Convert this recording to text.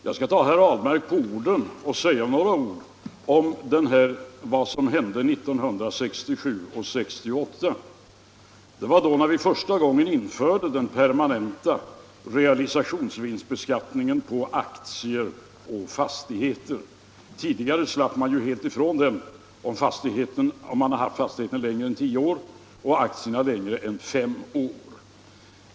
Herr talman! Jag skall ta herr Ahlmark på orden och säga något om vad som hände 1967 och 1968. Det var då vi första gången införde den permanenta realisationsvinstbeskattningen på aktier och fastigheter. Tidigare slapp man ju helt ifrån den om man hade haft fastigheten längre än tio år och aktierna längre än fem år.